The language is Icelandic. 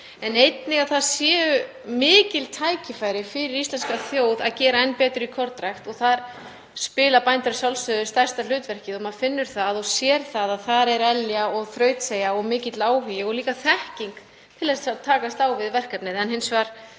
en einnig að það séu mikil tækifæri fyrir íslenska þjóð að gera enn betur í kornrækt og þar leika bændur að sjálfsögðu stærsta hlutverkið. Maður finnur það og sér að þar er elja, þrautseigja og mikill áhugi en líka þekking til að takast á við verkefnið. Hins vegar